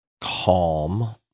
calm